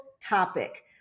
topic